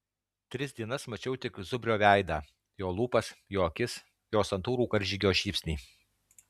tris dienas mačiau tik zubrio veidą jo lūpas jo akis jo santūrų karžygio šypsnį